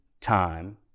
time